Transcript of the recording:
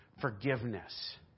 forgiveness